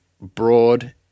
broad